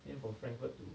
then from frankfurt to